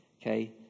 okay